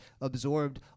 absorbed